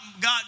God